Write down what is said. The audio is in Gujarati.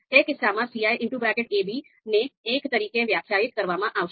તે કિસ્સામાં ciab ને એક તરીકે વ્યાખ્યાયિત કરવામાં આવશે